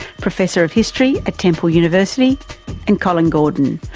professor of history at temple university and colin gordon,